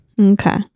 Okay